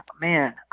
Man